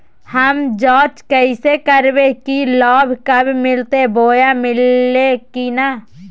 हम जांच कैसे करबे की लाभ कब मिलते बोया मिल्ले की न?